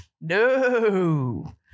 No